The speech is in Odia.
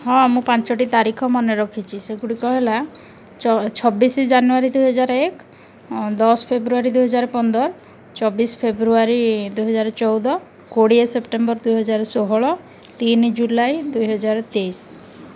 ହଁ ମୁଁ ପାଞ୍ଚଟି ତାରିଖ ମନେରଖିଛି ସେଗୁଡ଼ିକ ହେଲା ଛବିଶ ଜାନୁଆରୀ ଦୁଇହଜାର ଏକ ଦଶ ଫେବୃଆରୀ ଦୁଇହଜାର ପନ୍ଦର ଚବିଶ ଫେବୃଆରୀ ଦୁଇହଜାର ଚଉଦ କୋଡ଼ିଏ ସେପ୍ଟେମ୍ବର ଦୁଇହଜାର ଷୋହଳ ତିନି ଜୁଲାଇ ଦୁଇହଜାର ତେଇଶ